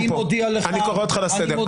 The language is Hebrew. אני קורא אותך לסדר.